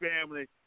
family